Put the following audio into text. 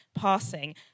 passing